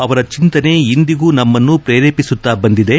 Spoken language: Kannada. ಅವರ ಚಿಂತನೆ ಇಂದಿಗೂ ನಮನ್ನು ಪ್ರೇರೇಪಿಸುತ್ತಾ ಬಂದಿದೆ